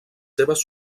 seves